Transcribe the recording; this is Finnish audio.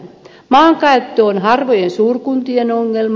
maankäyttö on harvojen suurkuntien ongelma